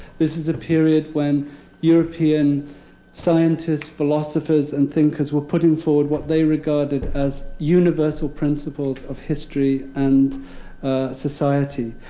this is a period when european scientists, philosophers, and thinkers were putting forward what they regarded as universal principles of history and society.